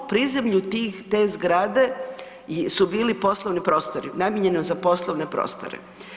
Prizemlju tih, te zgrade su bili poslovni prostori, namijenjeno za poslovne prostore.